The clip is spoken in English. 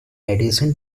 addition